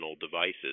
devices